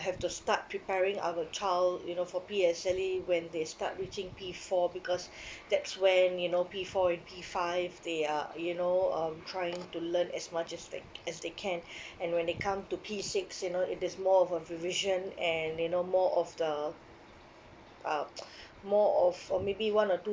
have to start preparing our child you know for P_S_L_E when they start reaching P four because that's when you know P four and P five they are you know um trying to learn as much as they as they can and when they come to P six you know it is more of a revision and you know more of the uh more of for maybe one or two